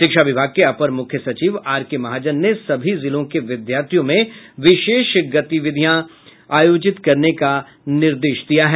शिक्षा विभाग के अपर मुख्य सचिव आर के महाजन ने सभी जिलों के विद्यालयों में विशेष गतिविधियां आयोजित करने का निर्देश दिया है